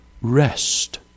rest